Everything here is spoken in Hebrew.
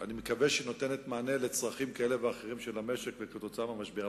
אני מקווה שהיא נותנת מענה לצרכים כאלה ואחרים של המשק כתוצאה מהמשבר,